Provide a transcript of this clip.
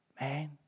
Man